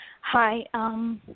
Hi